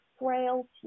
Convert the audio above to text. frailty